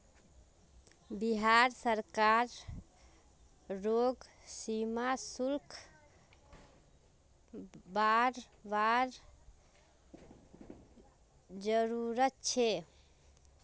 बिहार सरकार रोग सीमा शुल्क बरवार जरूरत छे